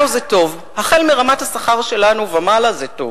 לנו זה טוב, החל מרמת השכר שלנו ומעלה זה טוב.